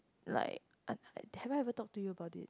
like have I ever talk to you about it